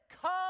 come